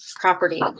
property